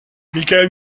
michael